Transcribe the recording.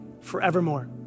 forevermore